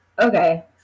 okay